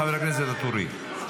חבר הכנסת ואטורי,